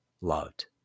loved